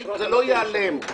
לכן זה לא ייעלם.